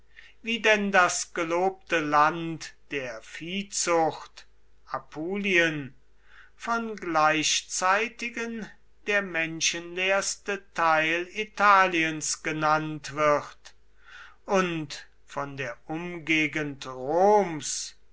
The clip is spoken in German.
wie denn das gelobte land der viehzucht apulien von gleichzeitigen der menschenleerste teil italiens genannt wird und von der umgegend roms